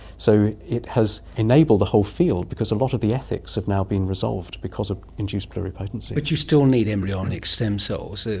so it has enabled the whole field because a lot of the ethics have now been resolved because of induced pluripotency. but you still need embryonic stem cells,